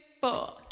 four